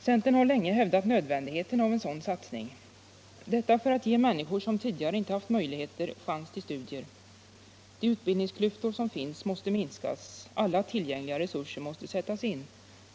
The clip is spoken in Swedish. Centern har länge hävdat nödvändigheten av en sådan satsning, detta för att ge människor som tidigare inte haft möjligheter chans till studier. De utbildningsklyftor som finns måste minskas. Alla tillgängliga resurser måste sättas in.